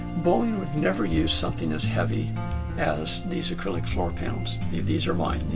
boeing would never use something as heavy as these acrylic floor panels. these are mine.